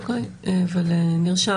אוקיי, נרשם